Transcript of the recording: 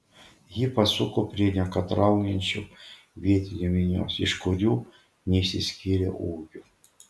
ji pasuko prie nekantraujančių vietinių minios iš kurių neišsiskyrė ūgiu